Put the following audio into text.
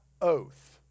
oath